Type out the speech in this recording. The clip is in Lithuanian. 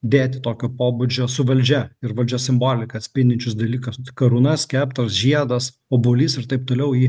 dėti tokio pobūdžio su valdžia ir valdžios simbolika atspindinčius dalykus karūna skeptras žiedas obuolys ir taip toliau į